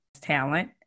talent